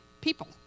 people